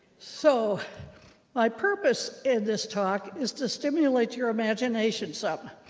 so my purpose in this talk is to stimulate your imagination some